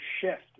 shift